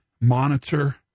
monitor